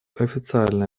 официальное